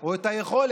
או את היכולת